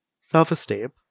self-esteem